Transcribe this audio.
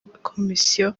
komisiyo